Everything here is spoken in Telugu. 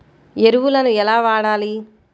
ఎరువులను ఎలా వాడాలి?